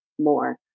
more